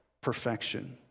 perfection